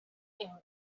inguma